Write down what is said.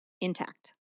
intact